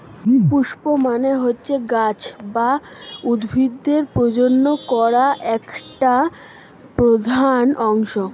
পুস্প মানে হচ্ছে গাছ বা উদ্ভিদের প্রজনন করা একটি প্রধান অংশ